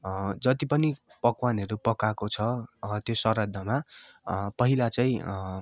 जति पनि पकवानहरू पकाएको छ त्यो श्राद्धमा पहिला चाहिँ